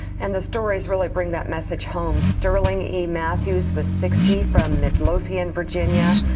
and the stories really bring that message home. sterling e. matthews was sixty from midlothian, virginia,